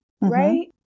Right